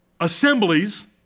assemblies